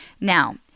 Now